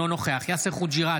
אינו נוכח יאסר חוג'יראת,